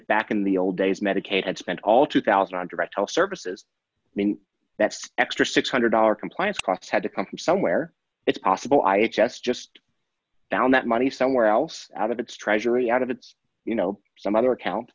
that back in the old days medicaid had spent all two thousand on direct health services mean that's extra six hundred dollars compliance costs had to come from somewhere it's possible i access just found that money somewhere else out of the treasury out of it's you know some other account